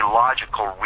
logical